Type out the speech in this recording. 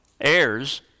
heirs